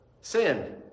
Sin